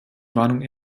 warnung